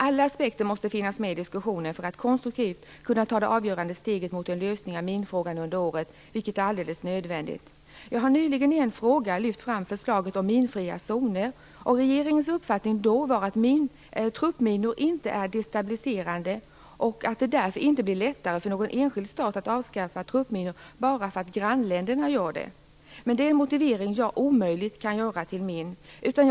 Alla aspekter måste finnas med i diskussionen för att vi konstruktivt skall kunna ta det avgörande steget mot en lösning av minfrågan under året, vilket är alldeles nödvändigt. Jag har nyligen i en fråga lyft fram förslaget om minfria zoner, och regeringens uppfattning då var att truppminor inte är destabiliserande och att det därför inte blir lättare för en enskild stat att avskaffa truppminor bara därför att grannländerna gör det. Det är en motivering jag omöjligt kan göra till min.